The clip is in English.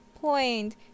point